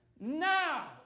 Now